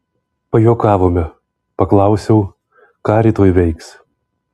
pajuokavome paklausiau ką rytoj veiks